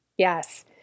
Yes